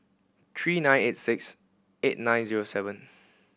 three nine eight six eight nine zero seven